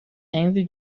andy